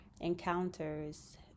encounters